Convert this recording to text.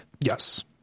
Yes